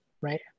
right